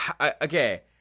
Okay